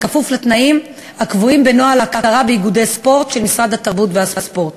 כפוף לתנאים הקבועים בנוהל ההכרה באיגודי ספורט של משרד התרבות והספורט,